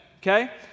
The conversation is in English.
okay